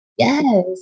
Yes